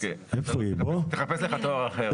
טוב, תחפש לך תואר אחר.